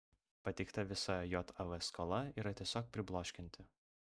pateikta visa jav skola yra tiesiog pribloškianti